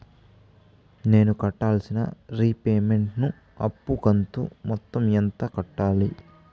నేను కట్టాల్సిన రీపేమెంట్ ను అప్పు కంతు మొత్తం ఎంత కట్టాలి?